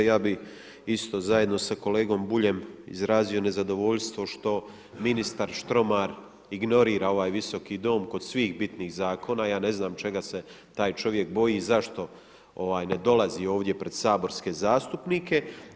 Ja bih isto zajedno sa kolegom Buljom izrazio nezadovoljstvo što ministar Štromar ignorira ovaj Visoki dom kod svih bitnih zakona, ja ne znam čega se taj čovjek boji i zašto ne dolazi ovdje pred saborske zastupnike.